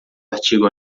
artigo